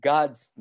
God's